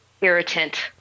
irritant